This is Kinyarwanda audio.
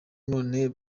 none